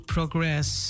Progress